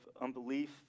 unbelief